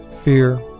fear